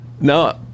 No